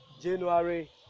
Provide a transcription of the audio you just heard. January